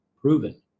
proven